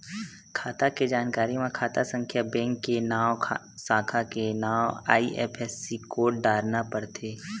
खाता के जानकारी म खाता संख्या, बेंक के नांव, साखा के नांव, आई.एफ.एस.सी कोड डारना परथे